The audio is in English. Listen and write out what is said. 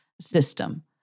system